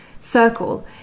circle